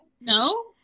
No